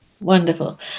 Wonderful